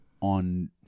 on